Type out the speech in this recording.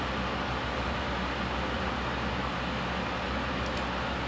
so it's like a specialised diploma which I which I think is quite cool lah